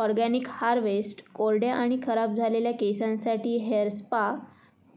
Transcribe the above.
organic harvest कोरड्या आणि खराब झालेल्या केसांसाठी हेअर स्पा